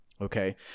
Okay